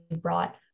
brought